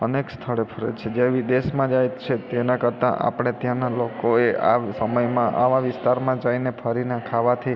અનેક સ્થળે ફરે છે જે વિદેશમાં જાય છે તેના કરતા આપણે ત્યાંનાં લોકોએ આ સમયમાં આવા વિસ્તારમાં જઈને ફરીને ખાવાથી